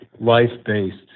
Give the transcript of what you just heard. life-based